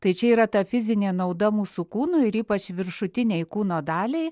tai čia yra ta fizinė nauda mūsų kūnui ir ypač viršutinei kūno daliai